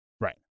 right